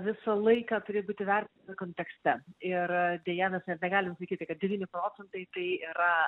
visą laiką turi būti vertinami kontekste ir deja mes nebegalim sakyti kad devyni procentai tai yra